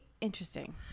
interesting